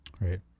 Right